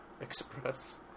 express